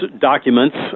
documents